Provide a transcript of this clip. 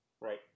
Right